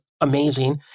amazing